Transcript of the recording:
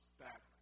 back